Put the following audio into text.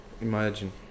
Imagine